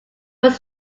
was